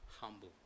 humble